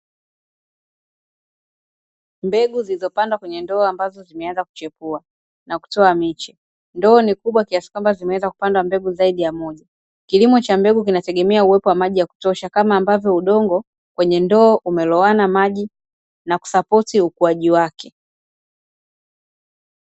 Mbegu zilizopandwa kwenye ndoo, ambazo zimeanza kuchipua na kutoa miche. Ndoo ni kubwa kiasi kwamba zimeweza kupandwa mbegu zaidi ya moja. Kilimo cha mbegu kinategemea uwepo wa maji ya kutosha, kama ambavyo udongo kwenye ndoo umelowana maji, na kusapoti ukuaji wake.